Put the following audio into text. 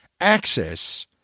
access